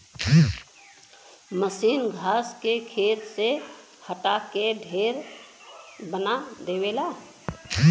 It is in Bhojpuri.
मसीन घास के खेत से हटा के ढेर बना देवला